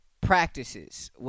practices